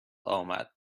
آمد